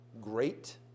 great